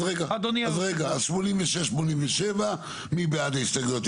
אז רגע, 86 ו-87, מי בעד ההסתייגויות?